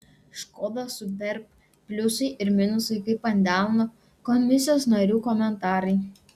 škoda superb pliusai ir minusai kaip ant delno komisijos narių komentarai